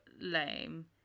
lame